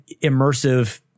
immersive